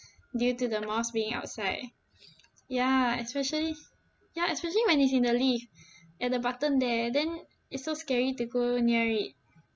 due to the moths being outside ya especially ya especially when it's in the lift at the button there then it's so scary to go near it